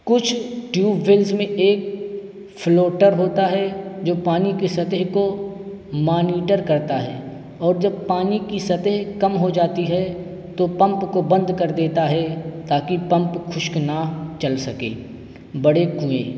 کچھ tube wells میں ایک فلوٹر ہوتا ہے جو پانی کے سطح کو مانیٹر کرتا ہے اور جب پانی کی سطح کم ہو جاتی ہے تو پمپ کو بند کر دیتا ہے تا کہ پمپ خشک نہ چل سکے بڑے کوئیں